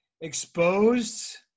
Exposed